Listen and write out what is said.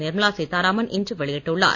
நிர்மலா சீத்தாராமன் இன்று வெளியிட்டுள்ளார்